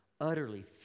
Utterly